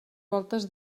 voltes